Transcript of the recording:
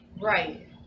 Right